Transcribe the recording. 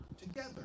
together